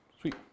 Sweet